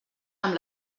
amb